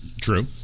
true